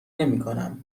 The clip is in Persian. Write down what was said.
نمیکنم